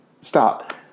stop